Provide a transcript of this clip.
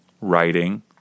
writing